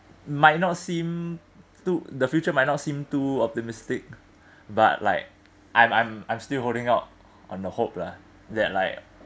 might not seem to the future might not seem too optimistic but like I'm I'm I'm still holding out on the hope lah that like